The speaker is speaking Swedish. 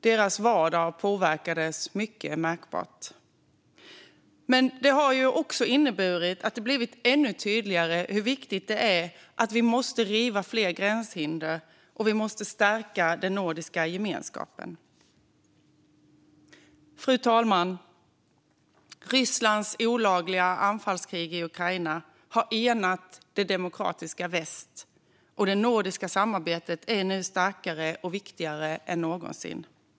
Deras vardag påverkades mycket märkbart. Men det har också inneburit att det har blivit ännu tydligare hur viktigt det är att vi måste riva fler gränshinder och stärka den nordiska gemenskapen. Fru talman! Rysslands olagliga anfallskrig i Ukraina har enat det demokratiska väst, och det nordiska samarbetet är nu starkare och viktigare än någonsin.